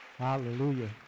Hallelujah